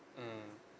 mmhmm